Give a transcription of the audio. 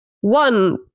One